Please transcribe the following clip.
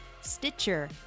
Stitcher